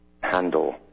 handle